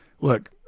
look